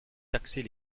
taxer